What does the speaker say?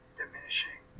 diminishing